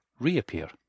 reappear